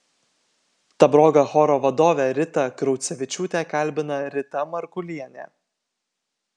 ta proga choro vadovę ritą kraucevičiūtę kalbina rita markulienė